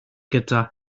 gyda